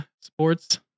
sports